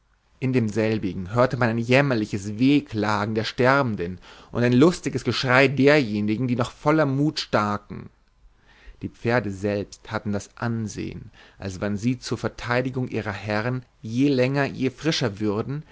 in demselbigen hörete man ein jämmerliches wehklagen der sterbenden und ein lustiges geschrei derjenigen die noch voller mut staken die pferde selbst hatten das ansehen als wann sie zu verteidigung ihrer herren je länger je frischer würden